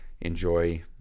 enjoy